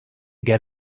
get